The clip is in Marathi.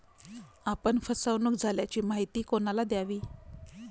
आपण फसवणुक झाल्याची माहिती कोणाला द्यावी?